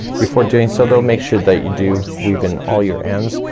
before doing so though make sure that you do weave in all your ends.